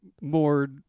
more